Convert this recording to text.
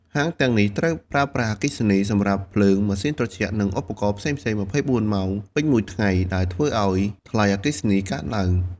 ហាងទាំងនេះត្រូវប្រើប្រាស់អគ្គិសនីសម្រាប់ភ្លើង ម៉ាស៊ីនត្រជាក់ និងឧបករណ៍ផ្សេងៗ ២៤ ម៉ោងពេញមួយថ្ងៃ ដែលធ្វើឲ្យថ្លៃអគ្គិសនីកើនឡើង។